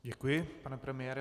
Děkuji, pane premiére.